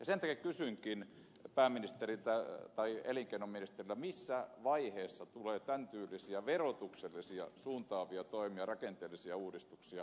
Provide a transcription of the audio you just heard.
sen takia kysynkin pääministeriltä tai elinkeinoministeriltä missä vaiheessa tulee tämäntyylisiä verotuksellisia suuntaavia toimia rakenteellisia uudistuksia